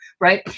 Right